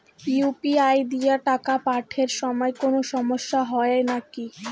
UPI দিয়া টাকা পাঠের সময় কোনো সমস্যা হয় নাকি?